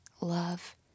love